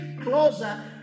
closer